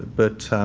but,